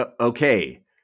okay